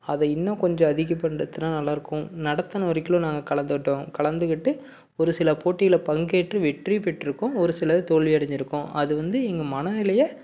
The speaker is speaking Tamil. அதை இன்னும் கொஞ்சம் அதிகப்படுத்தினா நல்லாயிருக்கும் நடத்தின வரைக்கும் நாங்கள் கலந்துக்கிட்டோம் கலந்துக்கிட்டு ஒரு சில போட்டியில் பங்கேற்று வெற்றி பெற்றிருக்கோம் ஒரு சிலது தோல்வி அடைஞ்சிருக்கோம் அது வந்து எங்கள் மனநிலையை